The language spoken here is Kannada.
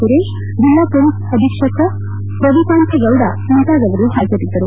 ಸುರೇಶ್ ಜಿಲ್ಲಾ ಮೊಲೀಸ್ ಅಧೀಕ್ಷಕ ರವಿಕಾಂತೇ ಗೌಡ ಮುಂತಾದರು ಹಾಜರಿದ್ದರು